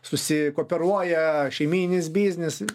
susikooperuoja šeimyninis biznis